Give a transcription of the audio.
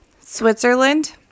Switzerland